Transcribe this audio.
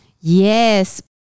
yes